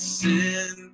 sin